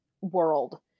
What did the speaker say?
world